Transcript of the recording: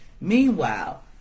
Meanwhile